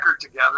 together